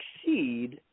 succeed